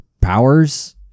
powers